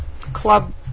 club